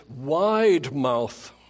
wide-mouth